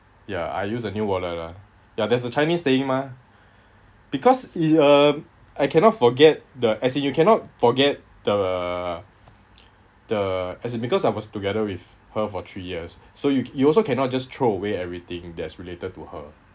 ya I use a new wallet lah ya there's a chinese saying mah because it um I cannot forget the as in you cannot forget the the as in because I was together with her for three years so you you also cannot just throw away everything that's related to her